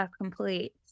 complete